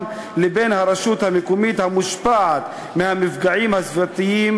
לבין הרשות המקומית המושפעת מהמפגעים הסביבתיים,